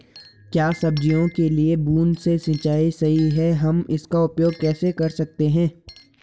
क्या सब्जियों के लिए बूँद से सिंचाई सही है हम इसका उपयोग कैसे कर सकते हैं?